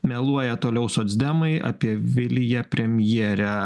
meluoja toliau socdemai apie viliją premjerę